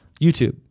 YouTube